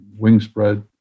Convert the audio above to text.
Wingspread